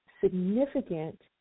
significant